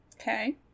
okay